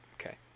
Okay